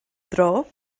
dro